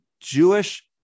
Jewish